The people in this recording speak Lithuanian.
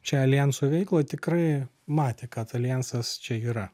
čia aljanso veiklą tikrai matė kad aljansas čia yra